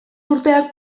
urteak